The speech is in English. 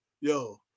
yo